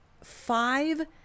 five